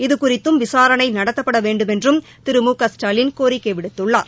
இது குறித்தும் விசாரணைநடத்தப்படவேண்டுமென்றும் திரு மு க ஸ்டாலின் கோரிக்கைவிடுத்துள்ளார்